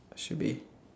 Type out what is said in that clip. should be